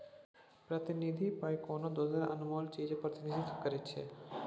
प्रतिनिधि पाइ कोनो दोसर अनमोल चीजक प्रतिनिधित्व करै छै